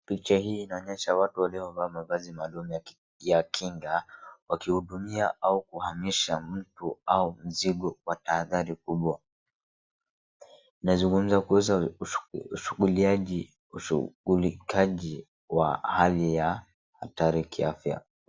Picha hii inaonyesha watu waliovaa mavazi maalum ya ki, ya kinga, wakihudumia au kuhamisha mtu au mzigo wa tahadhari kubwa, nazungumza kuhusu ushughuliaji, ushughulikaji wa hali ya hatari kiafya.